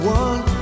one